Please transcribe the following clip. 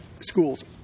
schools